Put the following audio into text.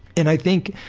and i think,